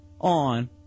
on